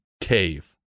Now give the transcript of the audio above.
cave